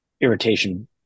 irritation